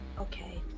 okay